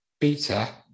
beta